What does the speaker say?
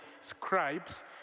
scribes